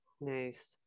Nice